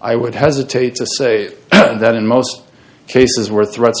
i would hesitate to say that in most cases where threats are